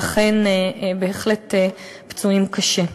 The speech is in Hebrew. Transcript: ואכן, בהחלט פצועים קשה.